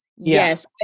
Yes